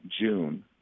June